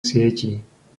sietí